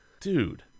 dude